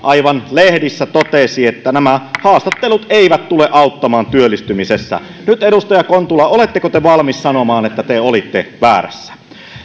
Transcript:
aivan lehdissä totesi että nämä haastattelut eivät tule auttamaan työllistymisessä edustaja kontula oletteko te nyt valmis sanomaan että te olitte väärässä